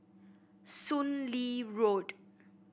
Soon Lee Road